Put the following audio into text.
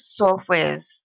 softwares